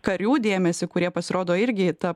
karių dėmesį kurie pasirodo irgi ta